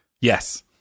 Yes